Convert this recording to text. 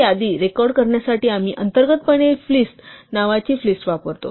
ही यादी रेकॉर्ड करण्यासाठी आम्ही अंतर्गतपणे फ्लिस्ट नावाची फ्लिस्ट वापरतो